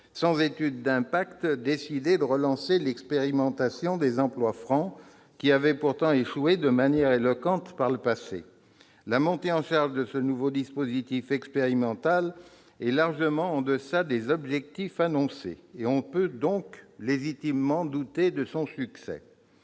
sans étude d'impact, de relancer l'expérimentation des emplois francs, qui avait pourtant échoué de manière éloquente par le passé. La montée en charge de ce nouveau dispositif expérimental est largement en deçà des objectifs annoncés ; on peut donc légitimement douter de son succès.